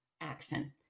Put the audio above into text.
action